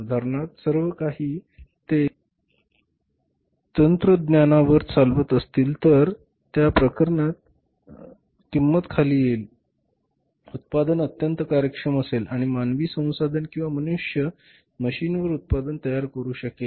उदाहरणार्थ सर्व काही ते तं चालत्रज्ञान वर चालवत असतील तर त्या प्रकरणात किंमत खाली येईल उत्पादन अत्यंत कार्यक्षम असेल आणि मानवी संसाधन किंवा मनुष्य मशीनवर उत्पादन तयार करू शकेल